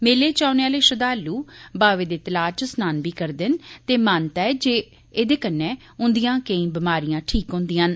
मेले च औने आले श्रद्धालु बाबे दे तला च स्नान बी करदे न ते मान्यता ऐ जे एहदे कन्ने उंदियां कई बमारियां ठीक हुदियां न